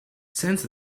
since